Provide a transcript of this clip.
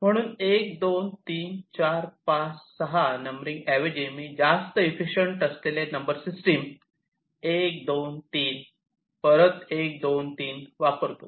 म्हणून 123456 नंबरिंग ऐवजी मी जास्त इफिसिएंट असलेले नंबरिंग सिस्टम 123 परत 1 2 3 वापरतो